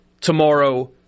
tomorrow